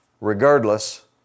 regardless